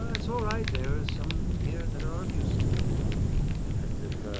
ah it's all right, there are some here that are of use to me. ah and if